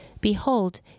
Behold